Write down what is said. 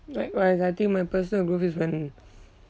likewise I think my personal growth is when